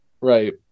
Right